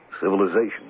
civilization